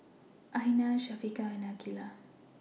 Aina Syafiqah and Aqilah